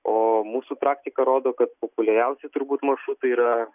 o mūsų praktika rodo kad populiariausi turbūt maršrutai yra